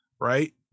Right